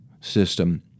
system